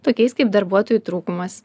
tokiais kaip darbuotojų trūkumas